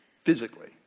physically